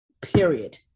period